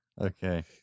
Okay